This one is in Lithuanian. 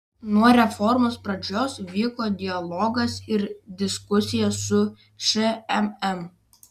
nuo reformos pradžios vyko dialogas ir diskusija su šmm